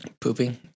Pooping